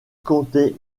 comptait